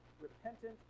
repentant